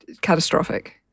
catastrophic